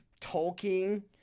Tolkien